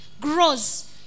grows